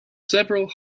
several